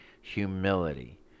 humility